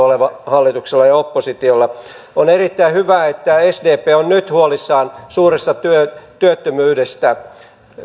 olevan hallituksella ja oppositiolla vain vähän erilaisia on erittäin hyvä että sdp on nyt huolissaan suuresta työttömyydestä